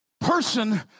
person